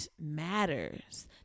matters